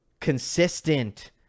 consistent